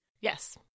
Yes